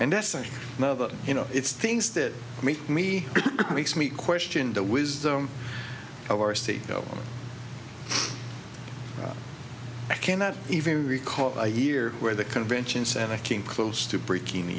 that you know it's things that make me it makes me question the wisdom of our state though i cannot even recall a year where the convention center came close to breakin